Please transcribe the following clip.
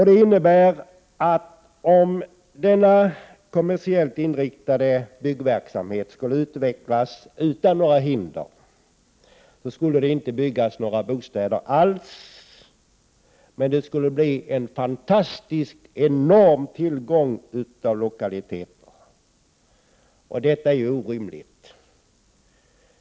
Det innebär att om den kommersiellt inriktade byggverksamheten skulle få utvecklas utan några hinder, skulle det inte byggas några bostäder alls, men det skulle bli en enormt god tillgång på lokaliteter av annat slag. Detta är orimligt.